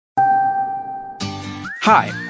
hi